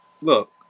Look